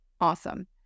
awesome